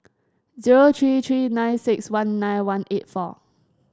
zero three three nine six one nine one eight four